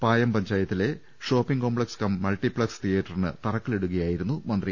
പായം പഞ്ചായത്തിലെ shopping complex cum multiplex തിയേറ്ററിന് തറക്കല്പിടുകയായിരുന്നു മന്ത്രി